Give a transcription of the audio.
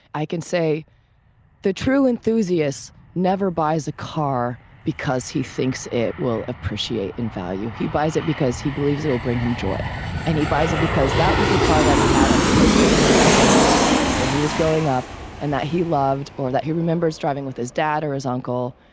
i can say the true enthusiasts never buys a car because he thinks it will appreciate in value. he buys it because he believes it will bring him joy and he buys it because that was the car that he had on the poster in his bedroom when he was growing up and that he loved or that he remembers driving with his dad or his uncle.